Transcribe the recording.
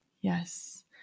Yes